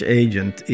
agent